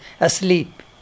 asleep